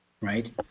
right